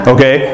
Okay